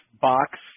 box